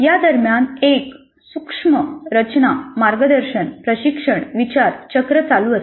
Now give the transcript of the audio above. या दरम्यान एक सूक्ष्म रचना मार्गदर्शन प्रशिक्षण विचार चक्र चालू असते